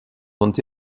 sont